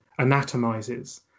anatomizes